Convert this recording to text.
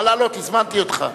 נא לעלות, הזמנתי אותך.